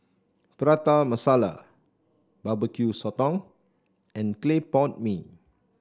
Prata Masala bbq sotong and Clay Pot Mee